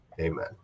Amen